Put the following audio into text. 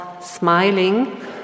smiling